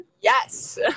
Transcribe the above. yes